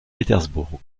pétersbourg